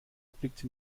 blickte